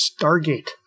Stargate